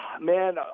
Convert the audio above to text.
Man